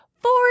Four